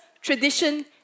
tradition